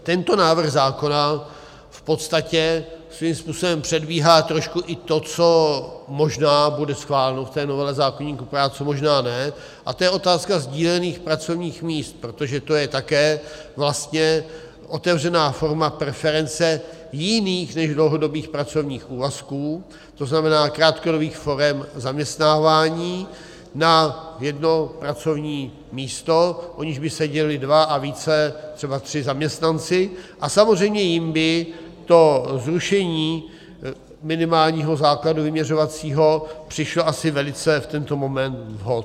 Tento návrh zákona v podstatě svým způsobem předbíhá trošku i to, co možná bude schváleno v novele zákoníku práce, možná ne, a to je otázka sdílených pracovních míst, protože to je také vlastně otevřená forma preference jiných než dlouhodobých pracovních úvazků, to znamená krátkodobých forem zaměstnávání na jedno pracovní místo, o které by se dělili dva a více, třeba tři zaměstnanci, a samozřejmě jim by to zrušení minimálního vyměřovacího základu přišlo asi velice v tento moment vhod.